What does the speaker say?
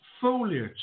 foliage